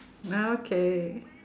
ah okay